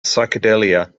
psychedelia